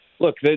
Look